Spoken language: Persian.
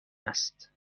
است